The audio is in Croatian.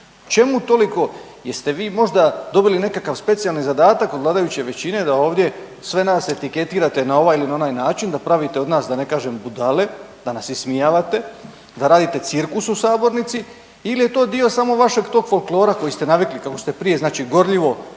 čemu toliko, jeste vi možda dobili nekakav specijalni zadatak od vladajuće većine da ovdje sve nas etiketirate na ovaj ili onaj način, da pravite od nas da ne kažem budale, da nas ismijavate, da radite cirkus u sabornici ili je to dio samo vašeg tog folklora koji ste navikli kako ste prije znači gorljivo vrijeđali